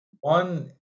One